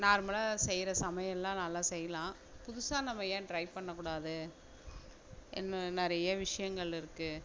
நார்மலாக செய்கிற சமையெல்லாம் நல்லா செய்யலாம் புதுசாக நம்ம ஏன் ட்ரை பண்ணக்கூடாது என்ன நிறைய விஷயங்கள் இருக்கு